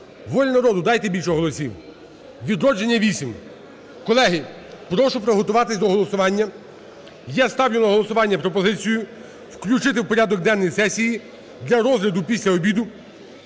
"Воля народу", дайте більше голосів. "Відродження" – 8. Колеги, прошу приготуватися до голосування. Я ставлю на голосування пропозицію включити в порядок денний сесії для розгляду після обіду